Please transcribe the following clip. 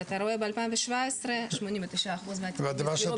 אבל אתה רואה ב-2017 89% מהתיקים נסגרו בגלל חוסר ראיות.